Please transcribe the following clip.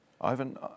Ivan